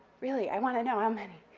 really, i want to know how many,